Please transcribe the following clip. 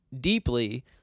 deeply